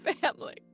family